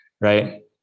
Right